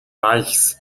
reichs